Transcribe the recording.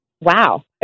wow